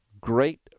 great